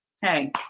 hey